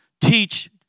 teach